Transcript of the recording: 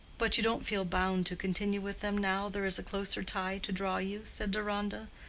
but you don't feel bound to continue with them now there is a closer tie to draw you? said deronda,